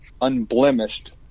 unblemished